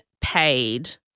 paid